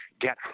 get